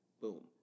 Boom